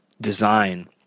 design